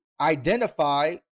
identify